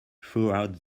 throughout